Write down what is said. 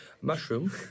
Mushroom